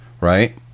right